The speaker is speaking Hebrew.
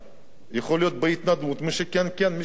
יכול להיות בהתנדבות, מי שכן כן, מי שלא לא.